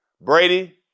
Brady